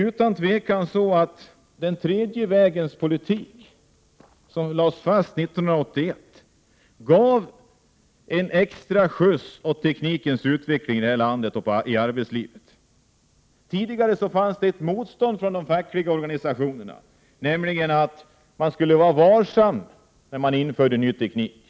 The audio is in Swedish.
Utan tvivel gav den tredje vägens politik, som lades fast 1981, en extra skjuts åt teknikens utveckling i arbetslivet i Sverige. Tidigare fanns det ett motstånd från de fackliga organisationerna, som ville att man skulle vara varsam vid införandet av ny teknik.